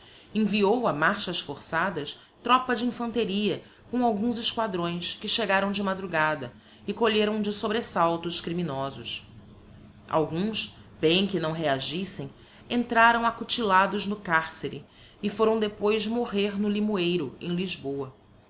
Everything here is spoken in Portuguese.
enviou a marchas forçadas tropa de infanteria com alguns esquadrões que chegaram de madrugada e colheram de sobresalto os criminosos alguns bem que não reagissem entraram acutilados no carcere e foram depois morrer no limoeiro em lisboa